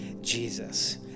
Jesus